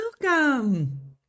welcome